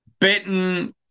bitten